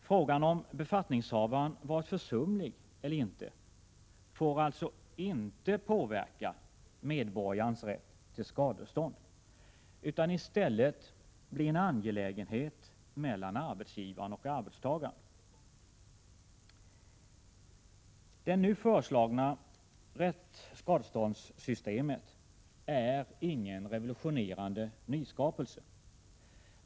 Frågan om befattningshavaren varit försumlig eller inte får alltså inte påverka medborgarens rätt till skadestånd utan måste i stället bli en angelägenhet mellan arbetsgivaren och arbetstagaren. Det nu föreslagna skadeståndssystemet är ingen revolutionerande nyskapelse.